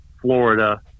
Florida –